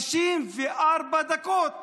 54 דקות.